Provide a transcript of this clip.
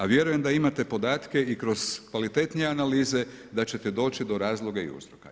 A vjerujem da imate podatke i kroz kvalitetnije analize da ćete doći do razloga i uzroka.